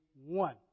one